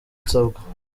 nsabwa